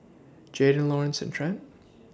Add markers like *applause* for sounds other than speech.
Jaden Laurance and Trent *noise*